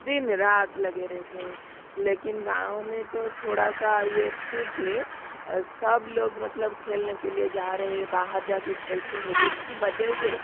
दिन रात लगे रहते है लेकिन गाँव में तो थोड़ा सा ये ठीक है सब लोग मतलब खेलने के लिए जा रहे हैं बाहर जा के खेलते हैं जिसकी वजह से